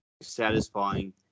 satisfying